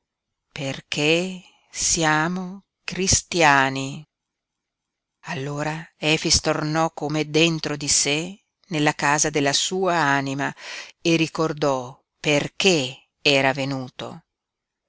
perché siamo cristiani allora efix tornò come dentro di sé nella casa della sua anima e ricordò perché era venuto